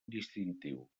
distintiu